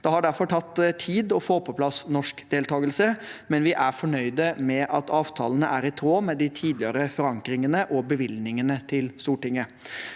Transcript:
Det har derfor tatt tid å få på plass norsk deltakelse, men vi er fornøyd med at avtalene er i tråd med de tidligere forankringene og bevilgningene til Stortinget.